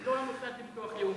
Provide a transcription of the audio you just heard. זה לא המוסד לביטוח לאומי.